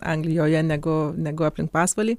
anglijoje negu negu aplink pasvalį